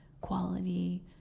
quality